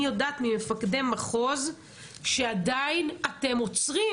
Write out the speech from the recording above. יודעת ממפקדי מחוז שעדיין אתם עוצרים,